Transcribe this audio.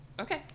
okay